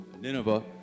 Nineveh